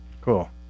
Cool